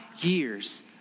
years